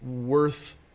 worth